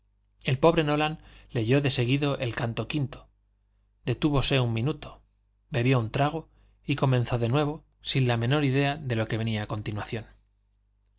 el pobre nolan leyó de seguido el canto quinto detúvose un minuto bebió un trago y comenzó de nuevo sin la menor idea de lo que venía a continuación